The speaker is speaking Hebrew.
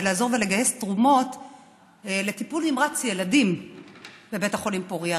לעזור ולגייס תרומות לטיפול נמרץ ילדים בבית החולים פוריה.